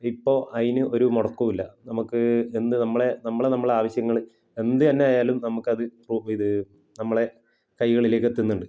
ഇപ്പോള് അതിന് ഒരു മുടക്കവും ഇല്ല നമുക്ക് എന്ത് നമ്മളുടെ നമ്മളുടെ നമ്മളുടെ ആവശ്യങ്ങള് എന്തുതന്നെ ആയാലും നമുക്കത് പ്രൂഫെയ്ത് നമ്മുടെ കൈകളിലേക്ക് എത്തുന്നുണ്ട്